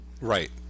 Right